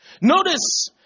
Notice